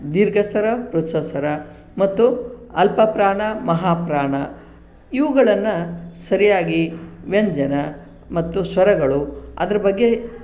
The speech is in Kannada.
ದೀರ್ಘ ಸ್ವರ ಹ್ರಸ್ವ ಸ್ವರ ಮತ್ತು ಅಲ್ಪ ಪ್ರಾಣ ಮಹಾ ಪ್ರಾಣ ಇವುಗಳನ್ನು ಸರಿಯಾಗಿ ವ್ಯಂಜನ ಮತ್ತು ಸ್ವರಗಳು ಅದ್ರ ಬಗ್ಗೆ